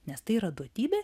nes tai yra duotybė